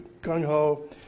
gung-ho